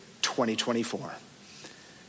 2024